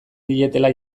dietela